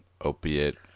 opiate